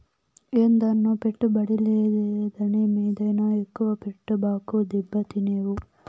ఏందన్నో, పెట్టుబడి దేని మీదైనా ఎక్కువ పెట్టబాకు, దెబ్బతినేవు